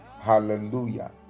Hallelujah